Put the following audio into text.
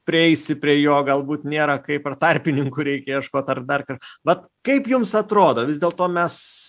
prieisi prie jo galbūt nėra kaip ar tarpininkų reikia ieškot ar dar vat kaip jums atrodo vis dėlto mes